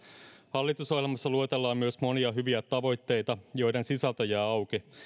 hallitusohjelmassa luetellaan myös monia hyviä tavoitteita joiden sisältö jää auki